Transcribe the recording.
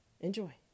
enjoy